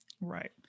Right